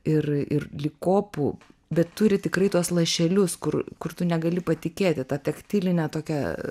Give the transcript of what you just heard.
ir ir lyg kopų bet turi tikrai tuos lašelius kur kur tu negali patikėti ta taktiline tokia